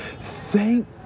thank